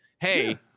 hey